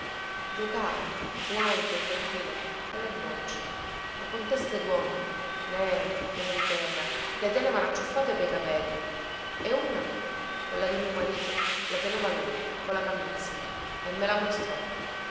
giocavano là in quel cortile alle bocce ma con teste duomini nere piene di terra le tenevano acciuffate pei capelli e una quella di mio marito la teneva lui cola camizzi e me la mostrò